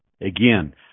Again